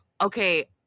Okay